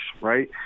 right